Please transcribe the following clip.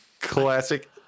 classic